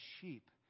sheep